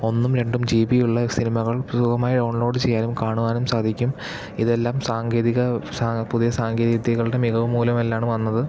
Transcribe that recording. ഒന്നും രണ്ടും G B ഉള്ള സിനിമകൾ സുഖമായി ഡൗൺലോട് ചെയ്യാനും കാണുവാനും സാധിക്കും ഇതെല്ലാം സാങ്കേതിക സാ പുതിയ സാങ്കേതിക വിദ്യകളുടെ മികവുമൂലമെല്ലാമാണ് വന്നത്